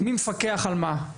מי מפקח על מה?